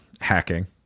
hacking